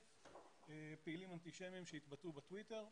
פעילים אנטישמיים שהתבטאו בטוויטר.